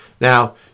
Now